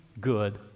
good